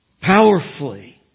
powerfully